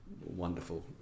wonderful